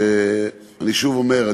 אני שוב אומר,